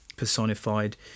personified